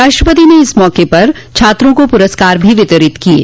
राष्ट्रपति न इस मौके पर छात्रों को पुरस्कार भी वितरित किये